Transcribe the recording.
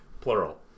plural